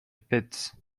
pits